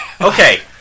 Okay